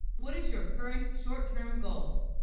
what is your current short-term goal?